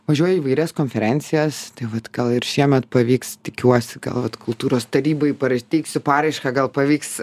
važiuoju į įvairias konferencijas tai vat gal ir šiemet pavyks tikiuosi gal vat kultūros tarybai para teiksiu paraišką gal pavyks